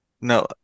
no